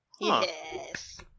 Yes